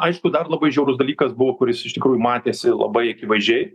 aišku dar labai žiaurus dalykas buvo kuris iš tikrųjų matėsi labai akivaizdžiai